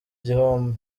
gihome